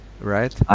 Right